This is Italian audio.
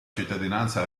cittadinanza